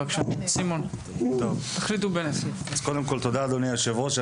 קודם כל, תודה, אדוני יושב הראש.